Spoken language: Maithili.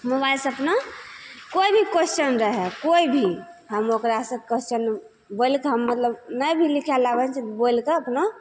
मोबाइलसँ अपना कोइ भी क्वेश्चन रहय कोइ भी हम ओकरासँ क्वेश्चन बोलिकऽ मतलब नहि भी लिखे लए आबय छै बोलिकऽ अपना